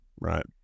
right